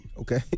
Okay